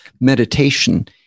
meditation